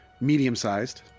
medium-sized